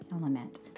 element